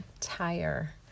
tire